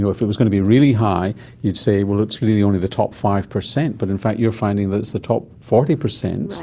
if it was going to be really high you'd say, well, it's really only the top five percent, but in fact you're finding that it's the top forty percent,